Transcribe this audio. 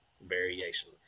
variation